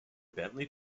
bentley